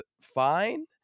fine